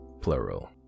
plural